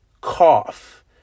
cough